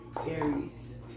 Aries